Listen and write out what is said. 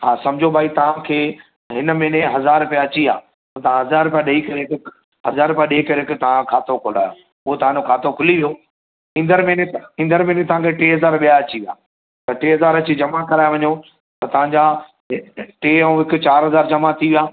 हा समुझो भई तव्हांखे हिन महीने हज़ार रुपया अची विया त तव्हां हज़ार रुपया ॾेई करे हिकु हज़ार रुपया ॾेई करे हिकु तव्हां खातो खुलायो पोइ तव्हांजो खातो खुली वियो ईंदड़ महीने ईंदड़ महीने तव्हांखे टे हज़ार ॿियां अची वियां त टे हज़ार अची जमा कराए वञो त तव्हांजा टे ऐं हिकु चारि हज़ार जमा थी विया